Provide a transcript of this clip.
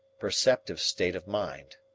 perceptive state of mind.